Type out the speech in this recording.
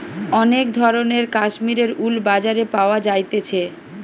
অনেক ধরণের কাশ্মীরের উল বাজারে পাওয়া যাইতেছে